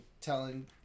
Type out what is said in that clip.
telling –